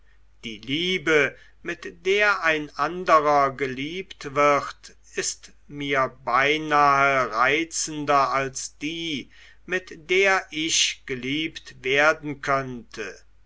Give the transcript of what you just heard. die liebe mit der ein anderer geliebt wird ist mir beinahe reizender als die mit der ich geliebt werden könnte